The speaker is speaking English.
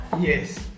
Yes